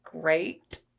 great